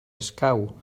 escau